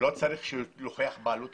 ולא צריך להוכיח עליה בעלות,